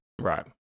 Right